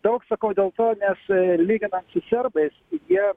daug sakau dėl to nes lyginant su serbais jie